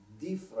different